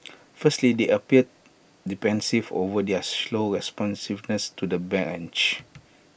firstly they appeared defensive over their slow responsiveness to the breach